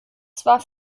zwar